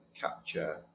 capture